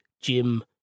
Jim